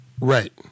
Right